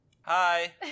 Hi